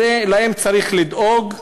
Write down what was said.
לכן, להם צריך לדאוג.